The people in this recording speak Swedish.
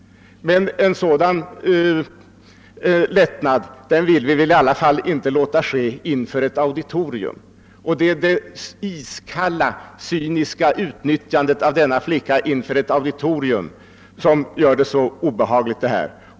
Men en sådan lättnad vill vi inte ge uttryck åt inför ett auditorium. Det är det iskallt cyniska utnyttjandet av denna flicka inför en större församling som gör det hela så obehagligt.